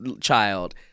child